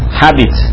habit